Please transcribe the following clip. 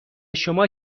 شما